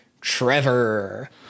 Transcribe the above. Trevor